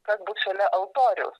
kas bus šalia altoriaus